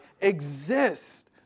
exist